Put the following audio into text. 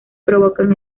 provocan